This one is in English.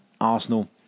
arsenal